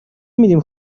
میدیم